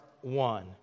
one